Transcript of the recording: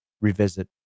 revisit